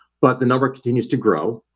but the number continues to grow